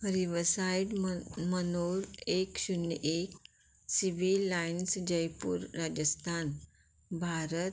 riverside मन manor एक शुन्य एक सिवील लायन्स जयपूर राजस्थान भारत